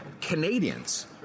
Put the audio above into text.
Canadians